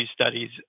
studies